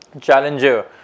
challenger